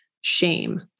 shame